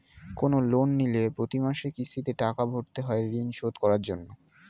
কোন লোন নিলে প্রতি মাসে কিস্তিতে টাকা ভরতে হয় ঋণ শোধ করার জন্য